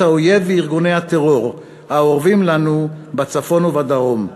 האויב וארגוני הטרור האורבים לנו בצפון ובדרום.